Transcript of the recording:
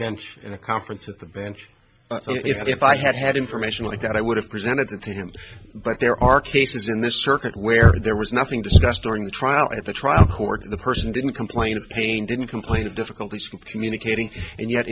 bench in a conference of the bench if i had had information like that i would have presented to him but there are cases in this circuit where there was nothing discussed during the trial at the trial court the person didn't complain of pain didn't complain of difficulties communicating and yet